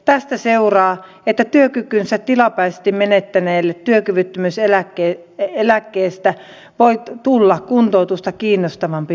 tästä seuraa että työkykynsä tilapäisesti menettäneelle työkyvyttömyyseläkkeestä voi tulla kuntoutusta kiinnostavampi vaihtoehto